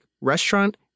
restaurant